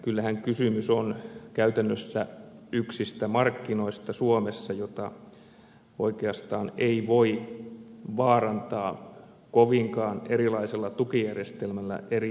kyllähän kysymys on käytännössä yksistä markkinoista suomessa joita oikeastaan ei voi vaarantaa kovinkaan erilaisella tukijärjestelmällä eri tukialueilla